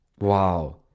wow